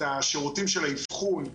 את השירותים של האיבחון,